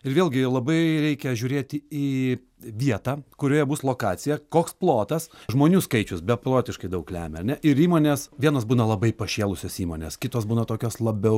ir vėlgi labai reikia žiūrėti į vietą kurioje bus lokacija koks plotas žmonių skaičius beprotiškai daug lemia ar ne ir įmonės vienos būna labai pašėlusios įmonės kitos būna tokios labiau